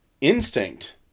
instinct